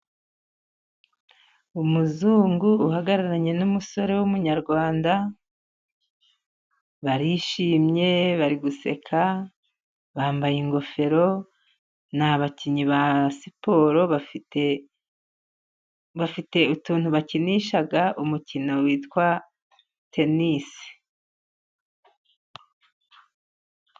Umuzungu uhagararanye n'umusore w'umunyarwanda, barishimye bari guseka bambaye ingofero ni abakinnyi ba siporo, bafite utuntu bakinisha umukino witwa tenisi.